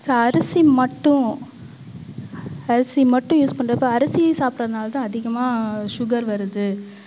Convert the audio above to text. ச அரிசி மட்டும் அரிசி மட்டும் யூஸ் பண்ணுறப்ப அரிசி சாப்பிட்றதுனால தான் அதிகமாக சுகர் வருது